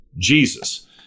Jesus